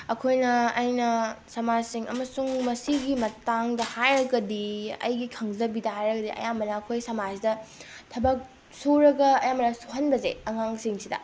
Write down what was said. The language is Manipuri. ꯑꯩꯈꯣꯏꯅ ꯑꯩꯅ ꯁꯃꯥꯖꯁꯤꯡ ꯑꯃꯁꯨꯡ ꯃꯁꯤꯒꯤ ꯃꯇꯥꯡꯗ ꯍꯥꯏꯔꯒꯗꯤ ꯑꯩꯒꯤ ꯈꯪꯖꯕꯤꯗ ꯍꯥꯏꯔꯒꯗꯤ ꯑꯌꯥꯝꯕꯅ ꯑꯩꯈꯣꯏ ꯁꯃꯥꯖꯁꯤꯗ ꯊꯕꯛ ꯁꯨꯔꯒ ꯑꯌꯥꯝꯕꯅ ꯁꯨꯍꯟꯕꯁꯦ ꯑꯉꯥꯡꯁꯤꯡꯁꯤꯗ